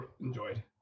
enjoyed